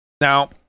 now